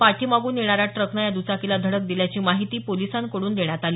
पाठीमागून येणाऱ्या ट्रकने या दुचाकीला धडक दिल्याची माहिती पोलिसांकड्रन देण्यात आली